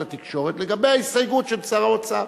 התקשורת לגבי ההסתייגות של שר האוצר.